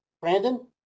Brandon